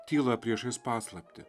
tyla priešais paslaptį